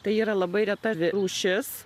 tai yra labai reta rūšis